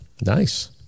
Nice